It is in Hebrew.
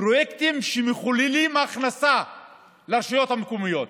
פרויקטים שמחוללים הכנסה לרשויות המקומיות.